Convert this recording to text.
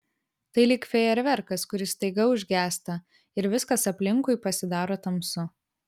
tai lyg fejerverkas kuris staiga užgęsta ir viskas aplinkui pasidaro tamsu